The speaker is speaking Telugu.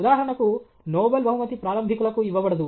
ఉదాహరణకు నోబెల్ బహుమతి ప్రారంభికులకు ఇవ్వబడదు